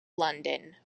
london